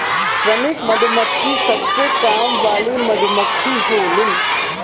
श्रमिक मधुमक्खी सबसे काम वाली मधुमक्खी होलीन